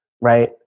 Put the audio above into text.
right